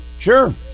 Sure